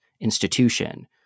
institution